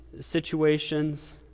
situations